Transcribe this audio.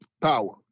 power